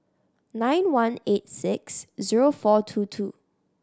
nine one eight six zero four two two